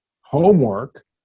homework